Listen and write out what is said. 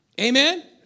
Amen